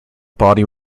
body